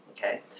okay